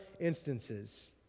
instances